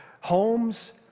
homes